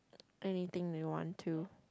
anything you want to